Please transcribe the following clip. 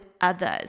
others